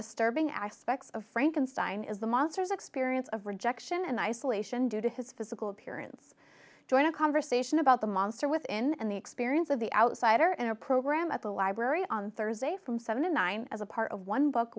disturbing aspects of frankenstein is the monster's experience of rejection and isolation due to his physical appearance join a conversation about the monster within and the experience of the outsider in a program at the library on thursday from seven dollars to nine dollars as a part of one book